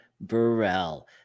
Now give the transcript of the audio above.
Burrell